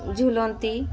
ଝୁଲନ୍ତି